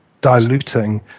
Diluting